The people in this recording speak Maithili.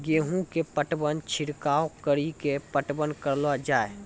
गेहूँ के पटवन छिड़काव कड़ी के पटवन करलो जाय?